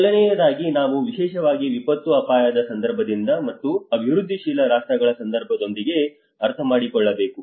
ಮೊದಲನೆಯದಾಗಿ ನಾವು ವಿಶೇಷವಾಗಿ ವಿಪತ್ತು ಅಪಾಯದ ಸಂದರ್ಭದಿಂದ ಮತ್ತು ಅಭಿವೃದ್ಧಿಶೀಲ ರಾಷ್ಟ್ರಗಳ ಸಂದರ್ಭದೊಂದಿಗೆ ಅರ್ಥಮಾಡಿಕೊಳ್ಳಬೇಕು